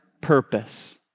purpose